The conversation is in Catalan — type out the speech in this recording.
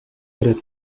dret